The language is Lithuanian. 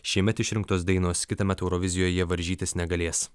šiemet išrinktos dainos kitąmet eurovizijoje varžytis negalės